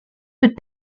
but